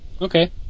Okay